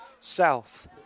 South